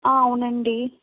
అవునండీ